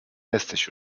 jesteś